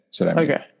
Okay